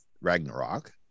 Ragnarok